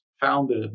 founded